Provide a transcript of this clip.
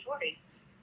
choice